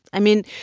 i mean,